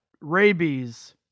rabies